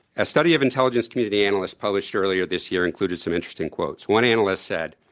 a study of intelligence community analysts published earlier this year included some interesting quotes. one analyst said,